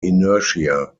inertia